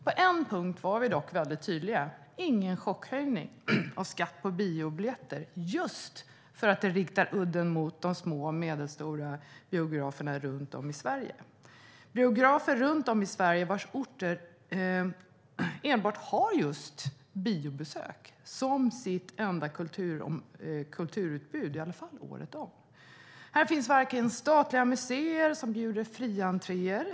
På en punkt var vi dock väldigt tydliga: ingen chockhöjning av skatt på biobiljetter, just för att det riktar udden mot de små och medelstora biograferna runt om i Sverige. De biograferna finns på orter som enbart har just biobesök som sitt enda kulturutbud, i varje fall året om. Här finns inte statliga museer som bjuder på fria entréer.